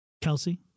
Kelsey